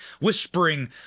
whispering